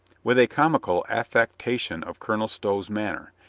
with a comical affectation of colonel stow's manner,